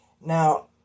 Now